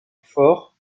fort